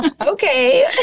Okay